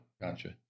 Gotcha